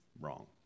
wrong